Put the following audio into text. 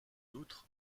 outre